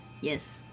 Yes